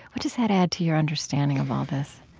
what does that add to your understanding of all this?